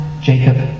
Jacob